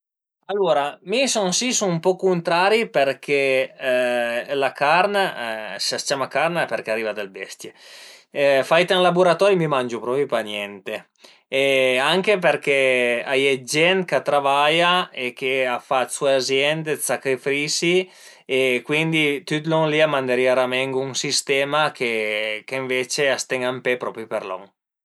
Alura mi son si sun ën poch cuntrari përché la carn, së a së ciama carn al e përché a deriva da le bestie, fait ën laburatori mi mangiu propi pa niente, anche përché a ie dë gent ch'a travaia e ch'a fa dë sua aziende, dë sacrifisi e cuindi tüt lon li a manderìa a ramengo ën sistema che ënvece a s'ten ën pe propi për lon